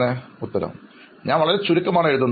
അഭിമുഖം സ്വീകരിക്കുന്നയാൾ വളരെ അപൂർവ്വമായി